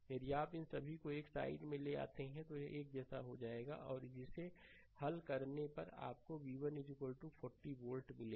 यदि आप इन सभी को एक साइड ले आते हैं तो यह एक जैसा हो जाएगा और इसे हल करने पर आपको v1 40 वोल्ट मिलेगा